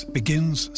begins